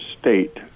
state